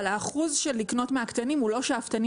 אבל האחוז של לקנות מהקטנים הוא לא שאפתני